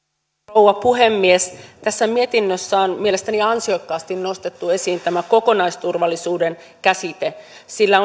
rouva puhemies tässä mietinnössä on mielestäni ansiokkaasti nostettu esiin tämä kokonaisturvallisuuden käsite sillä